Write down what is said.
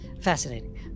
Fascinating